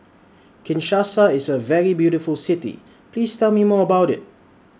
Kinshasa IS A very beautiful City Please Tell Me More about IT